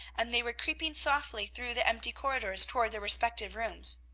and they were creeping softly through the empty corridors toward their respective rooms.